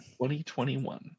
2021